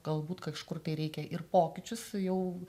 galbūt kažkur tai reikia ir pokyčius jau